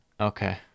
Okay